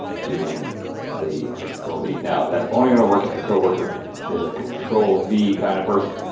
doing the control v. now, that's only going to work if your co-worker is a control v kind of person,